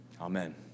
Amen